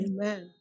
Amen